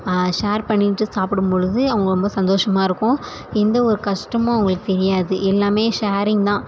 share பண்ணிட்டு சாப்பிடும் பொழுது அவங்க ரொம்ப சந்தோஷமா இருக்கும் எந்த ஒரு கஷ்டமும் அவங்களுக்கு தெரியாது எல்லாமே ஷேரிங் தான்